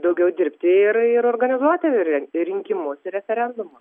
daugiau dirbti ir ir organizuoti re rinkimus ir referendumus